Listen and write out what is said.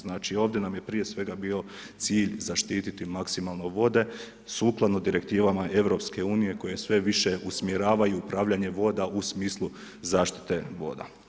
Znači ovdje nam je prije svega bio cilj zaštiti maksimalno vode sukladno direktivama EU koje sve više usmjeravaju upravljanje voda u smislu zaštite voda.